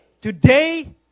Today